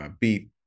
beat